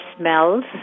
smells